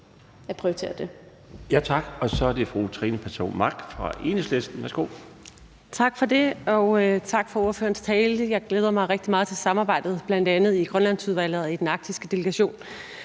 at prioritere det.